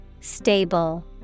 Stable